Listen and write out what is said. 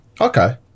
okay